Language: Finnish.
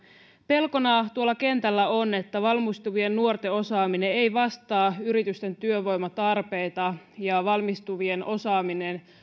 pelkona kentällä on että valmistuvien nuorten osaaminen ei vastaa yritysten työvoimatarpeita ja valmistuvien osaaminen